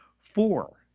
Four